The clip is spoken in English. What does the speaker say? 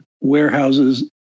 warehouses